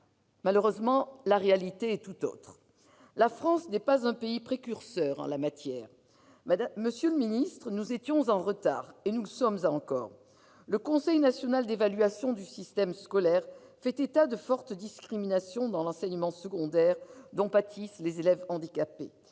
Malheureusement, la réalité est tout autre. La France n'est pas un pays précurseur en la matière. Nous étions en retard, monsieur le secrétaire d'État, et nous le sommes encore. Le Conseil national d'évaluation du système scolaire fait état de fortes discriminations dans l'enseignement secondaire, dont pâtissent les élèves handicapés.